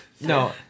No